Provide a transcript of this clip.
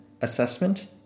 assessment